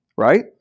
Right